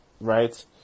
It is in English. right